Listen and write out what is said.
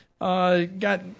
Got